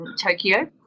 Tokyo